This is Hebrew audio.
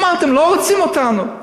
אמרתם, לא רוצים אותנו.